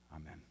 Amen